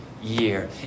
year